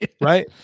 Right